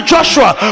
Joshua